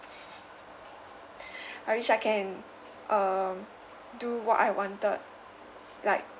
I wish I can um do what I wanted like